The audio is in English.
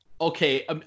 Okay